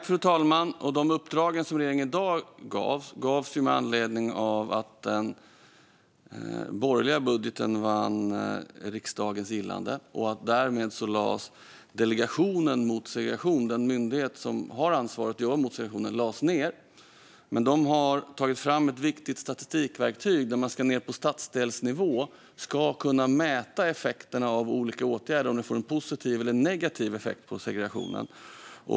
Fru talman! De uppdrag som regeringen gav i dag gavs med anledning av att den borgerliga budgeten vann riksdagens gillande och att Delegationen mot segregation, den myndighet som hade ansvaret för att jobba mot segregation, därmed lades ned. De hade dock tagit fram ett viktigt statistikverktyg där man ned på stadsdelsnivå ska kunna mäta effekterna av olika åtgärder, om de får en positiv eller negativ effekt på segregationen.